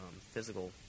physical